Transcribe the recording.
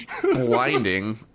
blinding